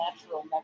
natural